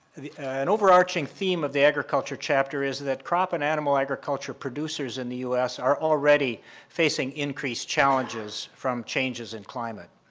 and overarching theme of the agriculture chapter is that crop and animal agriculture producers in the u s. are already facing increased challenges from changes in climate.